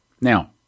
Now